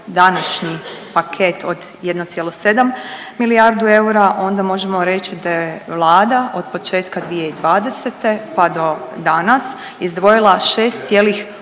današnji paket od 1,7 milijardu eura onda možemo reći da je Vlada od početka 2020. pa do danas izdvojila 6,8